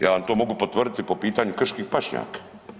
Ja vam to mogu potvrditi po pitanju krških pašnjaka.